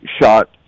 shot